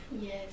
Yes